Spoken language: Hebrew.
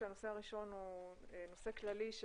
הנושא הראשון הוא נושא כללי,